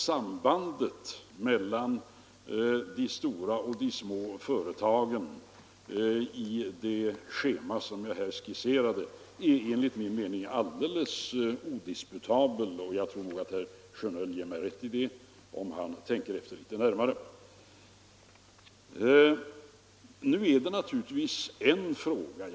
Sambandet mellan de stora och de små företagen i det schema som jag här skisserade är enligt min mening alldeles odisputabelt, och jag tror nog att herr Sjönell ger mig rätt i det om han tänker efter litet närmare. Nu finns det ju en annan sak som har betydelse i sammanhanget.